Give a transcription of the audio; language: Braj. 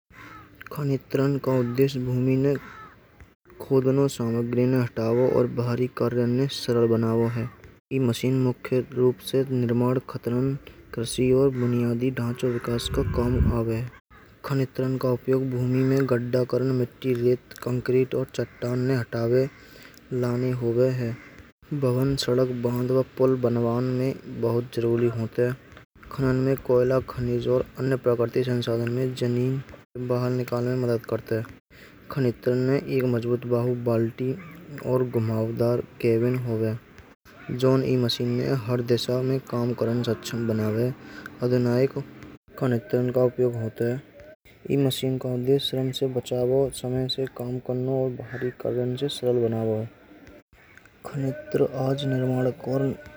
खनिथ्रम का उद्देश्य भूमि ने खोड़ना सामग्री न हटाओ और बाहरी कार्यालय शरण बना हुआ है। कि मशीन मुख्य रूप से निर्माण खत्म कृषि और बुनियादी ढांचा विकास का काम आवे। खनिथ्रम का उपयोग भूमि में गढ़करण मिट्टी नियुक्त कंक्रीट और चट्टान ने हटावे लाने होवे हैं। भवन सड़क बंधवा पुल बनवाने बहुत जरूरी होता है। खानन में कोयला खनिज और अन्य प्राकृतिक संसाधन में जमीन बाहर निकालने मदद करते हैं। खनित्र ने एक मजबूत बहु बाल्टी और घुमावदार केबिन हो गया। जॉन ई मशीन में हर दिशा में काम करने सक्षम बनावे अधिनायक का नेतृत्व का उपयोग होता है। मशीन का उद्देश्य स्वयं से बचाव और समय से काम करना और भारी कलंज से स्वं बनवे है खनित्र आज नितमान कोर।